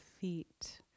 feet